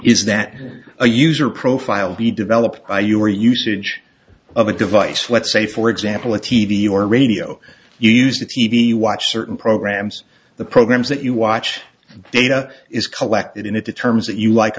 is that a user profile be developed by you're using age of a device let's say for example a t v or radio you use the t v watch certain programs the programs that you watch data is collected and it determines that you like a